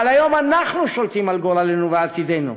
אבל היום אנחנו שולטים על גורלנו ועתידנו,